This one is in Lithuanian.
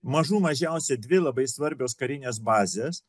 mažų mažiausia dvi labai svarbios karinės bazės